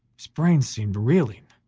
his brain seemed reeling,